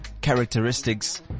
characteristics